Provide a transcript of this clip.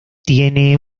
tiene